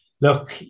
look